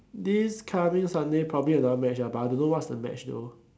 this coming Sunday probably another match ah but I don't know what's the match though